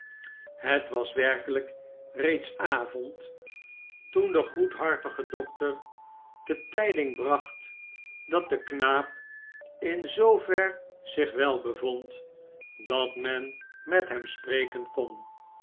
het was werkelijk reeds avond toen de goedhartige dokter de tijding bracht dat de knaap in zoover zich wel bevond dat men met hem spreken kon